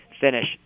finish